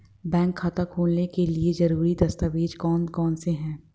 Bank खाता खोलने के लिए ज़रूरी दस्तावेज़ कौन कौनसे हैं?